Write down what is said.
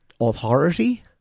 authority